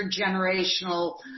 intergenerational